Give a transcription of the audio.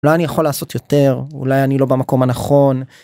אולי אני יכול לעשות יותר אולי אני לא במקום הנכון.